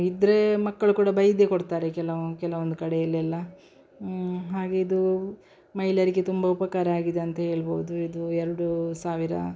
ಇದ್ದರೆ ಮಕ್ಕಳು ಕೂಡ ಬೈದೇ ಕೊಡ್ತಾರೆ ಕೆಲವು ಕೆಲವೊಂದು ಕಡೆಯಲ್ಲೆಲ್ಲ ಹಾಗೆ ಇದು ಮಹಿಳೆಯರಿಗೆ ತುಂಬ ಉಪಕಾರ ಆಗಿದೆ ಅಂತ ಹೇಳ್ಬೋದು ಇದು ಎರಡು ಸಾವಿರ